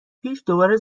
پیش، دوباره